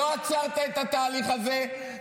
לא עצרת את התהליך הזה,